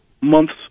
months